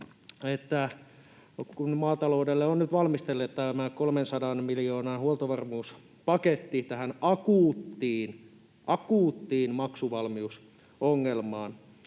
kun maataloudelle on nyt valmisteilla tämä 300 miljoonan huoltovarmuuspaketti tähän akuuttiin — akuuttiin — maksuvalmiusongelmaan,